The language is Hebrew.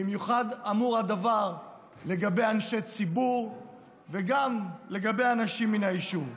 במיוחד אמור הדבר לגבי אנשי ציבור וגם לגבי אנשים מן היישוב.